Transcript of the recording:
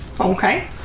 Okay